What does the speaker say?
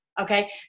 Okay